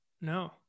No